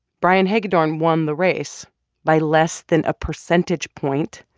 brian hagedorn won the race by less than a percentage point.